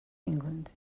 england